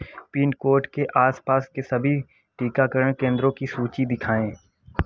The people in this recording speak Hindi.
पिन कोड के आस पास के सभी टीकाकरण केंद्रों की सूची दिखाएँ